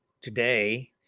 today